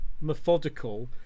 methodical